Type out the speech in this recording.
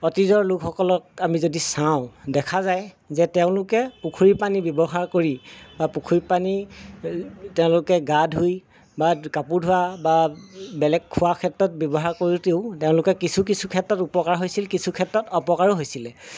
অতীজৰ লোকসকলক আমি যদি চাওঁ দেখা যায় যে তেওঁলোকে পুখুৰীৰ পানী ব্যৱহাৰ কৰি বা পখুৰীৰ পানী তেওঁলোকে গা ধুই বা কাপোৰ ধোৱা বা বেলেগ খোৱা ক্ষেত্ৰত ব্যৱহাৰ কৰোঁতেও তেওঁলোকে কিছু কিছু ক্ষেত্ৰত উপকাৰ হৈছিল কিছু ক্ষেত্ৰত অপকাৰো হৈছিলে